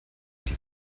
die